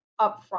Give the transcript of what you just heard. upfront